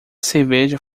cerveja